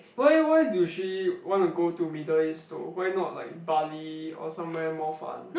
why why do she want to go to Middle East though why not like Bali or somewhere more fun